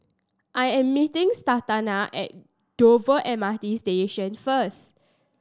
I am meeting Santana at Dover M R T Station first